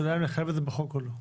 השאלה אם לחייב את זה בחוק או לא.